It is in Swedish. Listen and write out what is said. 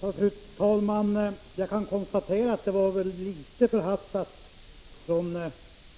Fru talman! Jag kan konstatera att det var litet förhastat från